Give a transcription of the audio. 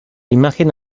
imagen